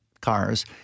cars